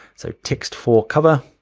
so text for cover,